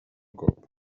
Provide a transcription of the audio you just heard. cop